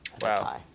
Wow